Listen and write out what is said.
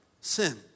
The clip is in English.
sin